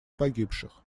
погибших